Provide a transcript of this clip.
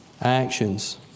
actions